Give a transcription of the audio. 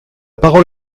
parole